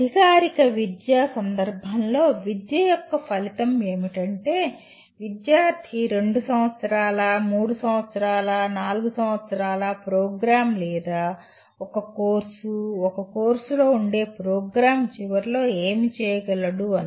అధికారిక విద్య సందర్భంలో విద్య యొక్క ఫలితం ఏమిటంటే విద్యార్థి 2 సంవత్సరాల 3 సంవత్సరాల 4 సంవత్సరాల ప్రోగ్రామ్ లేదా ఒక కోర్సు కోర్సులో ఉండే ఒక ప్రోగ్రామ్ చివరిలో ఏమి చేయగలడు అని